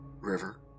River